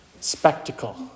spectacle